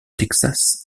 texas